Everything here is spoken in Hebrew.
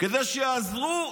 כדי שיעזרו,